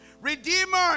Redeemer